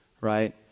right